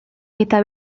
eta